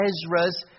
Ezra's